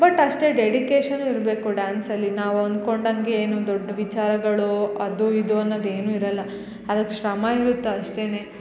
but ಅಷ್ಟೆ dedication ಇರಬೇಕು ಡ್ಯಾನ್ಸಲಿ ನಾವು ಅನ್ಕೊಂಡಂಗೆ ಏನು ದೊಡ್ಡ ವಿಚಾರಗಳು ಅದು ಇದು ಅನ್ನೋದು ಏನು ಇರಲ್ಲ ಅದಕ್ಕೆ ಶ್ರಮ ಇರುತ್ತೆ ಅಷ್ಟೆ